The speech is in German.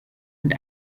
und